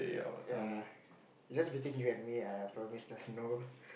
ya it's just between you and me ah I promise there's no